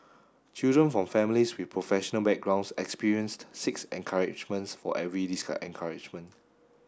children from families with professional backgrounds experienced six encouragements for every discouragement